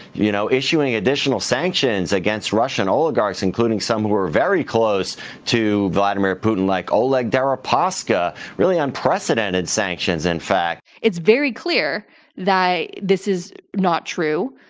you know, issuing additional sanctions against russian oligarchs including some who were very close to vladimir putin, like oleg deripaska. really unprecedented sanctions in fact. it's very clear that this is not true.